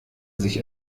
sich